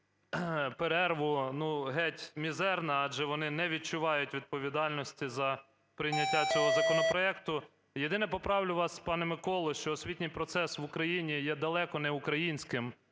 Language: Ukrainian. перерву, ну, геть мізерна адже вони не відчувають відповідальності за прийняття цього законопроекту. Єдине, поправлю вас, пане Миколо, що освітній процес в Україні є далеко неукраїнським.